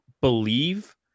believe